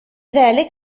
ذلك